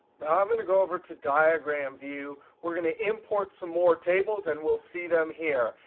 now i'm going to go over to diagram view. we're going to import some more tables, and we'll see them here.